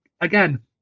again